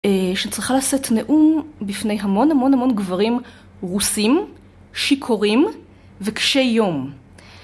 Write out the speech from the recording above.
שצריכה לשאת נאום בפני המון המון המון גברים רוסים, שיכורים וקשי יום.